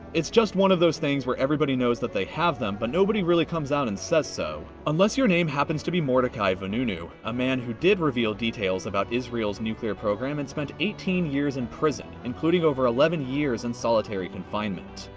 it's just one of those things where everybody knows that they have them, but nobody really comes out and says so unless your name happens to be mordechai vanunu a man who did reveal details about israel's nuclear program and spent eighteen years in prison, including over eleven years in solitary confinement.